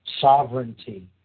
sovereignty